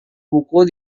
buku